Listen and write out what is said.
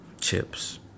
Chips